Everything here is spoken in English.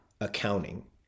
accounting